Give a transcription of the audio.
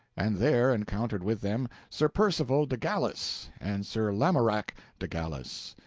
and there encountered with them sir percivale de galis and sir lamorak de galis,